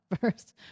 first